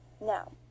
Now